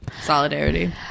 Solidarity